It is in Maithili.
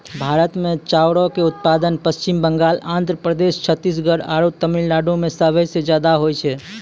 भारत मे चाउरो के उत्पादन पश्चिम बंगाल, आंध्र प्रदेश, छत्तीसगढ़ आरु तमिलनाडु मे सभे से ज्यादा होय छै